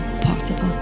possible